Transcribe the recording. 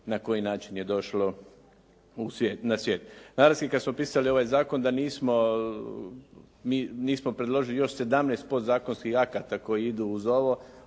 na koji način je došlo na svijet. Naravski, kad smo pisali ovaj zakon da nismo, mi smo predložili još sedamnaest podzakonskih akata koji idu uz ovo